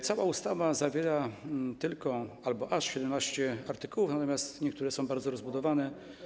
Cała ustawa zawiera tylko albo aż 17 artykułów, natomiast niektóre są bardzo rozbudowane.